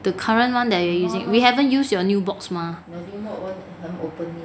the current [one] that we are using we haven't use your new box mah